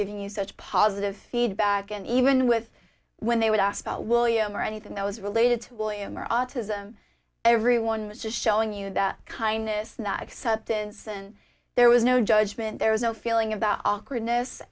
giving you such positive feedback and even with when they would ask about william or anything that was related to william or autism everyone was just showing you that kindness not acceptance and there was no judgment there was no feeling about awkwardness